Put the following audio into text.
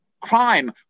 crime